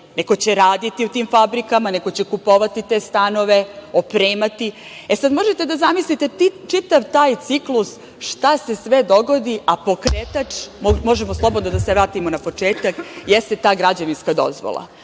neko će raditi u tim fabrikama, neko će kupovati te stanove, opremati. Možete da zamislite čitav taj ciklus šta se sve dogodi, a pokretač, možemo slobodno da se vratimo na početak, jeste ta građevinska dozvola.